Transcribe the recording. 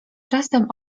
czasem